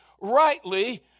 rightly